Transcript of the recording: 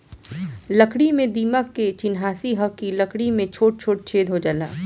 लकड़ी में दीमक के चिन्हासी ह कि लकड़ी में छोटा छोटा छेद हो जाला